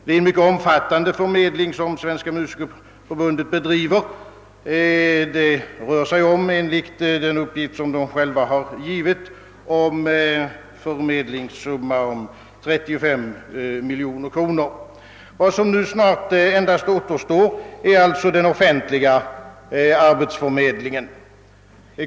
Det är en mycket omfattande förmedling som Svenska musikerförbundet utövar; enligt den uppgift förbundet har givit rör det sig om en förmedlingssumma av 35 miljoner kronor. Vad som nu snart återstår är alltså endast den offentliga arbetsförmedlingen.